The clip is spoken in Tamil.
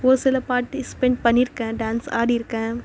ஒரு சில பார்ட்டிஸ்பெண்ட் பண்ணியிருக்கேன் டான்ஸ் ஆடியிருக்கேன்